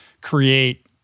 create